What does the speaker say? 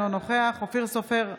אינו נוכח אופיר סופר,